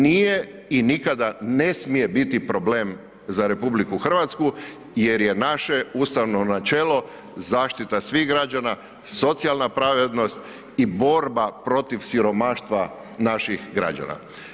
Nije i nikada ne smije biti problem za RH jer je naše ustavno načelo zaštita svih građana, socijalna pravednost i borba protiv siromaštva naših građana.